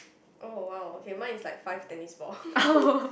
oh !wow! okay mine is like five tennis ball